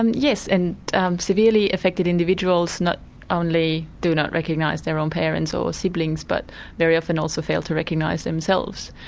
um yes and severely affected individuals not only do not recognise their own parents or siblings but very often also fail to recognise themselves.